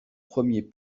premier